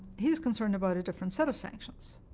he is concerned about a different set of sanctions.